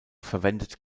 verwendet